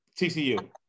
TCU